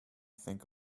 think